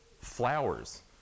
flowers